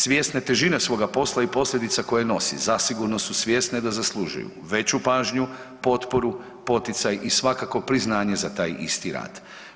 Svjesne težine svoga posla i posljedica koje nosi zasigurno su svjesne da zaslužuju veću pažnju, potporu, poticaj i svakako priznanje za taj isti rad.